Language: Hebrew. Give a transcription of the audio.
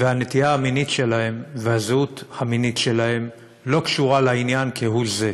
והנטייה המינית שלהם והזהות המינית שלהם לא קשורה לעניין כהוא זה.